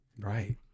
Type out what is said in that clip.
Right